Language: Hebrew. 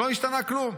לא השתנה כלום.